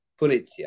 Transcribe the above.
polizia